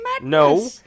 No